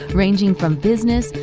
ranging from business,